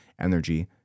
energy